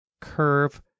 curve